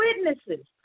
witnesses